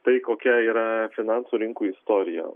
tai kokia yra finansų rinkų istorija